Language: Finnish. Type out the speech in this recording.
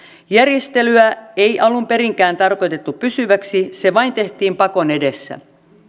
järjestelyä ei alun perinkään tarkoitettu pysyväksi se vain tehtiin pakon edessä